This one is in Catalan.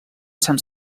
sant